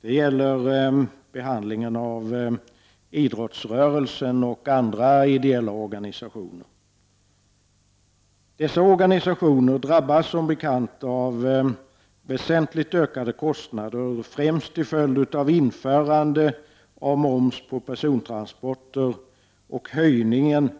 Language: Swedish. Det gäller behandlingen av idrottsrörelsen och andra ideella organisationer. Dessa drabbas som bekant av väsentligt ökade kostnader främst till följd av införande av moms på persontransporter och höjningen